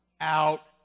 out